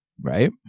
Right